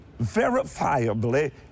verifiably